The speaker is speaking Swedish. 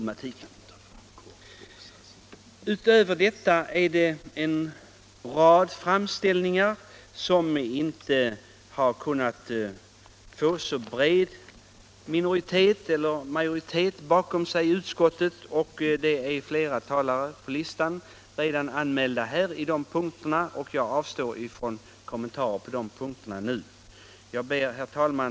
Härutöver har det gjorts en rad framställningar som inte har kunnat få så bred anslutning i utskottet. Flera talare är anmälda på de punkterna, och jag avstår därför från att göra några kommentarer nu. Herr talman!